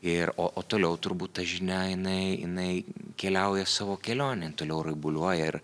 ir o o toliau turbūt ta žinia jinai jinai keliauja savo kelionę toliau raibuliuoja ir